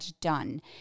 done